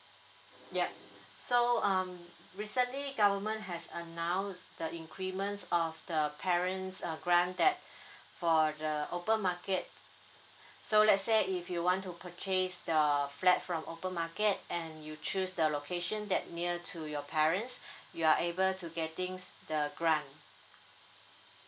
ya so um recently government has announce the increments of the parents uh grant that for the open market so let say if you want to purchase the flat from open market and you choose the location that near to your parents you are able to getting s~ the grant